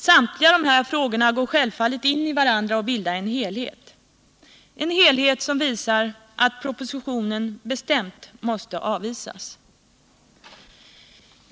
Samtliga dessa frågor går självfallet in i varandra och bildar en helhet, som visar att propositionen bestämt måste avvisas.